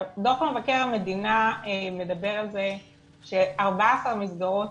דוח מבקר המדינה מדבר על זה ש-14 מסגרות